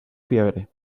fiebre